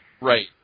Right